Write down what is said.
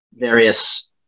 various